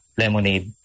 lemonade